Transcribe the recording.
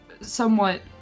somewhat